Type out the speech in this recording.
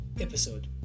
episode